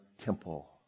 temple